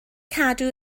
cadw